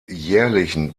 jährlichen